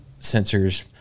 sensors